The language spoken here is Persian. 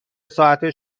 ساعته